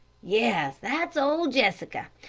yes that's old jessica.